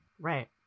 Right